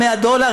100 דולר,